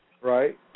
Right